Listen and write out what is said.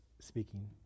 speaking